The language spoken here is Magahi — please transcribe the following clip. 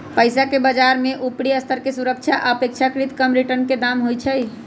पइसाके बजार में उपरि स्तर के सुरक्षा आऽ अपेक्षाकृत कम रिटर्न के दाम होइ छइ